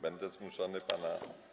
Będę zmuszony pana.